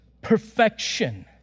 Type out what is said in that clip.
perfection